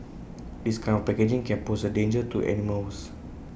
this kind of packaging can pose A danger to animals